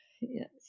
yes